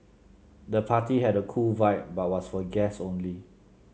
the party had a cool vibe but was for guests only